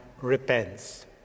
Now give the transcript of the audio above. repents